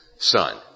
Son